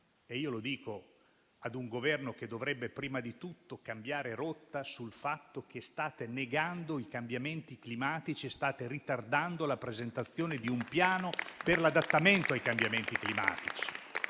e lo dico a un Governo che dovrebbe, prima di tutto, cambiare rotta rispetto alla negazione dei cambiamenti climatici e al ritardo nella presentazione di un piano per l'adattamento ai cambiamenti climatici.